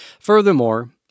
Furthermore